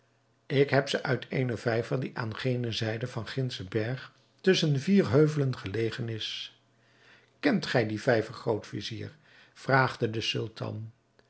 ik heb ze uit eenen vijver die aan gene zijde van gindschen berg tusschen vier heuvelen gelegen is kent gij dien vijver groot-vizier vraagde de sultan